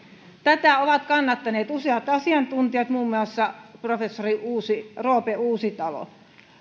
tätä ovat kannattaneet useat asiantuntijat muun muassa professori roope uusitalo